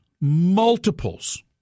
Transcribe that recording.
multiples